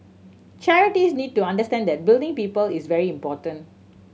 charities need to understand that building people is very important